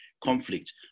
conflict